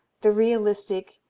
the realistic,